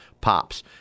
Pops